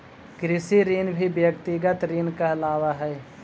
कृषि ऋण भी व्यक्तिगत ऋण कहलावऽ हई